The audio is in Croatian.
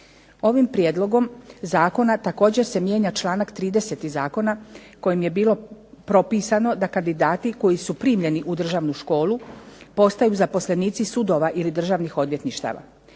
Ovim prijedlogom zakona također se mijenja članak 30. Zakona kojim je bilo propisano da kandidati koji su primljeni u državnu školu postaju zaposlenici sudova ili državnih odvjetništava.